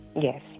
Yes